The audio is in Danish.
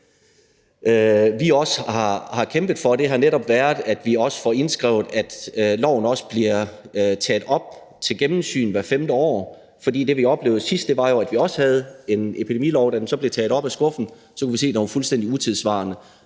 har kæmpet for, netop været, at vi også har fået indskrevet, at loven bliver taget op til gennemsyn hvert femte år. For det, vi oplevede sidst, var jo, at vi også havde en epidemilov, men da den så blev taget op af skuffen, kunne vi se, at den var fuldstændig utidssvarende